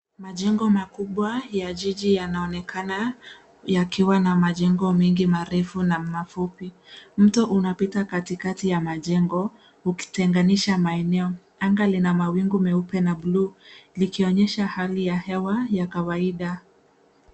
Majengo makubwa ya jiji yanaonekana yakiwa na majengo mengi marefu na mafupi. Mto unapita katikati ya majengo ukitenganisha maeneo. Anga lina mawingu meupe na bluu likionyesha hali ya hewa ya kawaida.